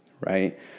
right